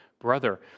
brother